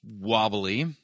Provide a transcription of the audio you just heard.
wobbly